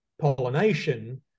pollination